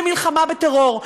במלחמה בטרור,